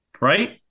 right